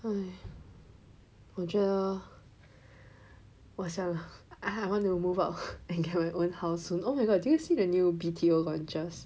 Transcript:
mm 我觉得我想 I want to move out and get my own house soon oh my god did you see the new B_T_O launches